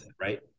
right